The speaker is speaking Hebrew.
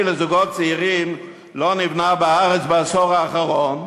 לזוגות צעירים לא נבנה בארץ בעשור האחרון,